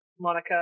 Monica